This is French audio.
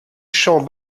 champ